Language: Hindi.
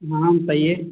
हाँ बताइए